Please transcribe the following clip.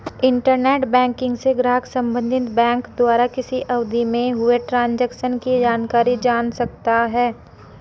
internet banking से ग्राहक संबंधित बैंक द्वारा किसी अवधि में हुए ट्रांजेक्शन की जानकारी जान सकता है